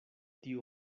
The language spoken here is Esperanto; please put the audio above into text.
tiu